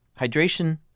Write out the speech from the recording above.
Hydration